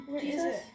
jesus